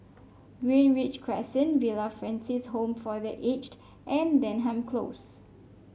Greenridge Crescent Villa Francis Home for The Aged and Denham Close